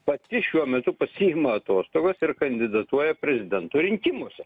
pati šiuo metu pasiima atostogas ir kandidatuoja prezidento rinkimuose